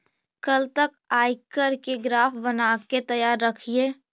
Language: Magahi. कल तक आयकर के ग्राफ बनाके तैयार रखिहें